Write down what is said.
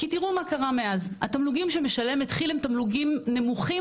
תראו מה קרה מאז: התמלוגים שמשלמת כי"ל הם תמלוגים נמוכים.